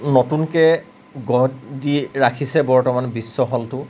নতুনকৈ গঢ় দি ৰাখিছে বৰ্তমান বিশ্ব হলটো